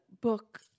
book